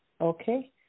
okay